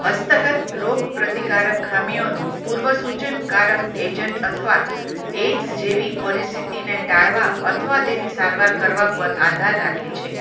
હસ્તગત રોગપ્રતિકારક ખામીઓનું પૂર્વસૂચન કારક એજન્ટ અથવા એઇડ્સ જેવી પરિસ્થિતિને ટાળવા અથવા તેની સારવાર કરવા પર આધાર રાખે છે